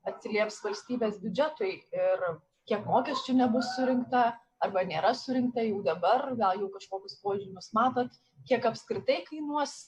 atsilieps valstybės biudžetui ir kiek mokesčių nebus surinkta arba nėra surinkta jau dabar gal jau kažkokius požymius matot kiek apskritai kainuos